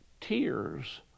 tears